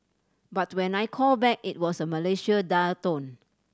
but when I called back it was a Malaysia dial tone